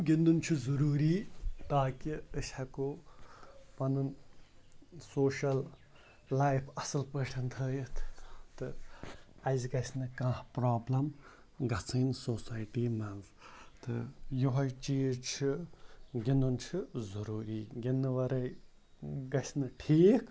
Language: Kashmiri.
گِنٛدُن چھُ ضٔروٗری تاکہِ أسۍ ہٮ۪کو پَنُن سوشل لایف اَصٕل پٲٹھ تھٲیِتھ تہٕ اَسہِ گَژھِ نہٕ کانہہ پرٛابلم گَژھٕنۍ سوسایٹی منٛز تہٕ یِہوٚے چیٖز چھُ گِنٛدُن چھُ ضٔروٗری گِنٛدٕنہٕ وَرٲے گَژھِ نہٕ ٹھیٖک